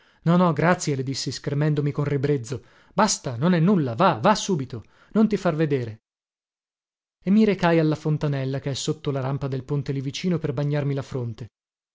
no no grazie le dissi schermendomi con ribrezzo basta non è nulla va va subito non ti far vedere e mi recai alla fontanella che è sotto la rampa del ponte lì vicino per bagnarmi la fronte